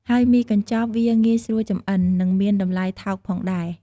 ហើយមីកញ្ចប់ វាងាយស្រួលចម្អិន និងមានតម្លៃថោកផងដែរ។